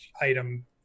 item